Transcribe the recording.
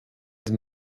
den